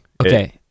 Okay